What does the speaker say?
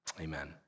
Amen